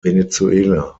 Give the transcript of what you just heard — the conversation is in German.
venezuela